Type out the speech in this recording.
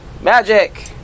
magic